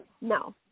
no